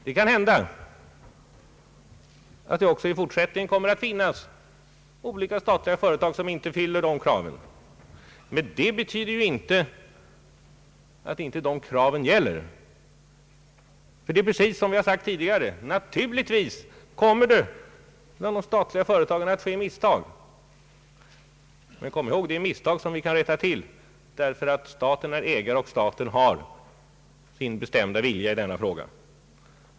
Det kan tänkas att det också i fortsättningen kommer att finnas statliga företag, som inte fyller de kraven, men det betyder inte att kraven inte gäller. Som jag sagt tidigare kommer det naturligtvis bland de statliga företagen att begås misstag. Men kom ihåg att det är misstag som kan rättas till därför att staten är ägare och staten har sin bestämda vilja i denna fråga.